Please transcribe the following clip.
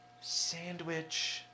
Sandwich